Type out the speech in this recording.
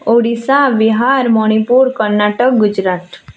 Odisha Bihar Manipur Karnataka Gujarat